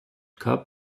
cup